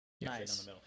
Nice